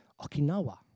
Okinawa